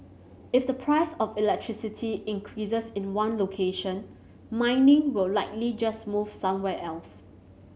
if the price of electricity increases in one location mining will likely just move somewhere else